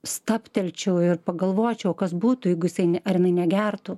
stabtelčiau ir pagalvočiau kas būtų jeigu jisai ar jinai negertų